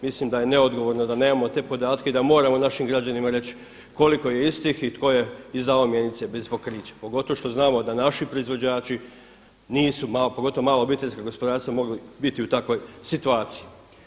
Mislim da je neodgovorno da nemamo te podatke i da moramo našim građanima reći koliko je istih i tko je izdavao mjenice bez pokrića pogotovo što znamo da naši proizvođači nisu, pogotovo mala obiteljska gospodarstva biti u takvoj situaciji.